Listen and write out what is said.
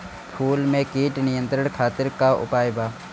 फूल में कीट नियंत्रण खातिर का उपाय बा?